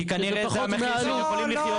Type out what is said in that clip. כי כנראה זה המחיר שהם יכולים לעמוד בו.